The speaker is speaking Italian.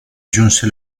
giunse